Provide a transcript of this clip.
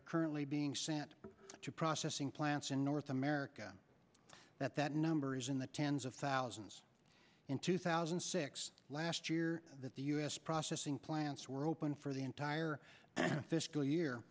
are currently being sent to processing plants in north america that that number is in the tens of thousands in two thousand and six last year that the us processing plants were open for the entire fiscal year